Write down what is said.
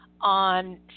on